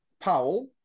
Powell